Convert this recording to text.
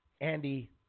Andy